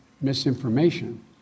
misinformation